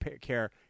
care